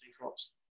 crops